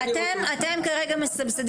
משרד החינוך מסבסד